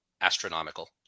astronomical